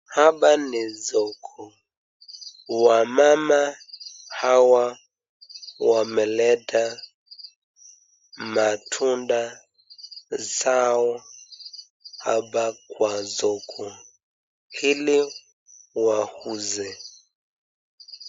Hapa ni soko wamama hawa wameleta matunda zao hapa kwa soko ili wauze.